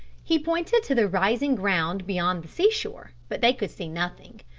he pointed to the rising ground beyond the seashore, but they could see nothing.